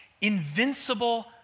invincible